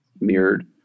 mirrored